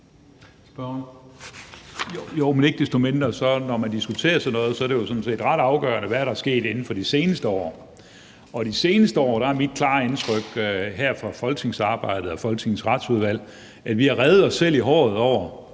Jo, men ikke desto mindre er det jo, når man diskuterer sådan noget, ret afgørende, hvad der er sket inden for de seneste år. Og det er mit klare indtryk her fra folketingsarbejdet og fra Folketingets Retsudvalg, at vi i de seneste år har revet os selv i håret over